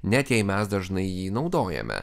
net jei mes dažnai jį naudojame